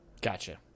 Gotcha